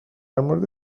مورد